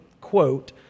quote